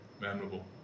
memorable